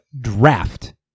draft